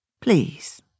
Please